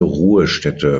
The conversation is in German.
ruhestätte